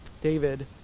David